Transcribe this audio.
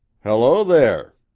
hello, there!